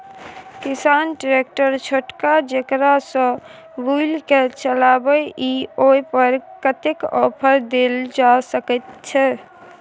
किसान ट्रैक्टर छोटका जेकरा सौ बुईल के चलबे इ ओय पर कतेक ऑफर दैल जा सकेत छै?